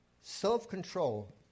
self-control